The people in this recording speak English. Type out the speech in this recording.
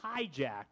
hijacked